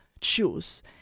choose